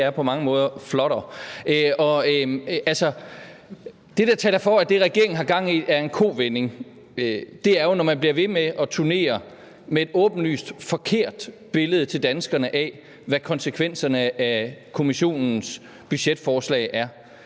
det er på mange måde flottere. Det, der taler for, at det, regeringen har gang i, er en kovending, er, at man bliver ved med at turnere rundt med et åbenlyst forkert billede til danskerne af, hvad konsekvenserne af Kommissionens budgetforslag er.